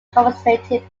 conservative